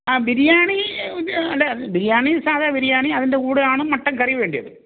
ആ ബിരിയാണി ആ ണ്ടെ ബിരിയാണി സാധാ ബിരിയാണി അതിൻറ്റെ കൂടെ ആണ് മട്ടൻ കറി വേണ്ടത്